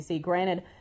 Granted